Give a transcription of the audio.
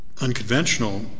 unconventional